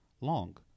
long